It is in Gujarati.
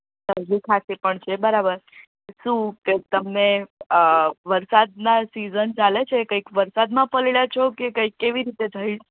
શરદી ખાંસી પણ છે બરાબર શું કે તમે વરસાદનાં સીઝન ચાલે છે કંઇક વરસાદમાં પલળ્યા છો કે કંઇક કેવી રીતે થઈ